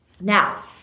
Now